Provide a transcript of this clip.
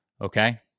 okay